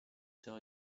tell